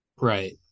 right